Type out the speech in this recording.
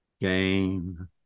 game